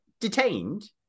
detained